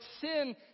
sin